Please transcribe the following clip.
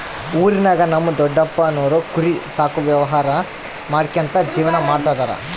ಊರಿನಾಗ ನಮ್ ದೊಡಪ್ಪನೋರು ಕುರಿ ಸಾಕೋ ವ್ಯವಹಾರ ಮಾಡ್ಕ್ಯಂತ ಜೀವನ ಮಾಡ್ತದರ